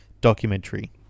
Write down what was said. documentary